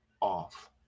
off